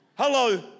Hello